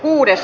asia